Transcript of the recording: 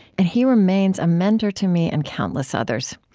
and he remains a mentor to me and countless others.